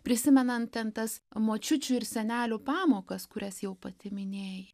prisimenant ten tas močiučių ir senelių pamokas kurias jau pati minėjai